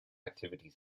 activities